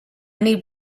need